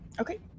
okay